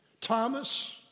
Thomas